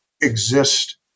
exist